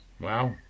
Wow